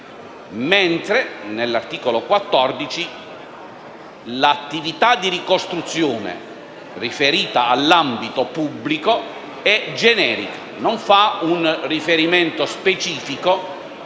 privato. Nell'articolo 14, invece, l'attività di ricostruzione riferita all'ambito pubblico è generica, poiché non fa un riferimento specifico